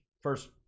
first